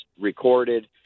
recorded